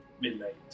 midnight